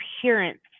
appearance